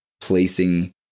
placing